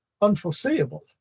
unforeseeable